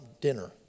dinner